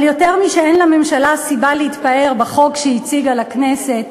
אבל יותר משאין לממשלה סיבה להתפאר בחוק שהיא הציגה לכנסת,